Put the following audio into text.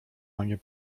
mamie